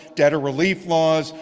debtor relief laws,